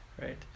right